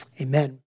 Amen